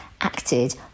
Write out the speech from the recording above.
acted